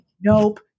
nope